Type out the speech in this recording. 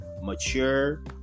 mature